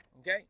Okay